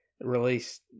released